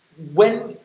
when,